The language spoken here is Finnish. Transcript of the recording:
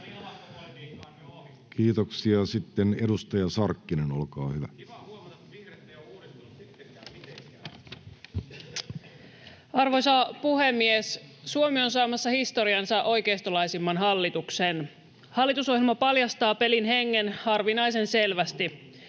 20.6.2023 Time: 18:12 Content: Arvoisa puhemies! Suomi on saamassa historiansa oikeistolaisimman hallituksen. Hallitusohjelma paljastaa pelin hengen harvinaisen selvästi.